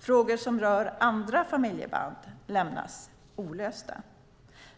Frågor som rör andra familjeband lämnas olösta.